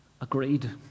agreed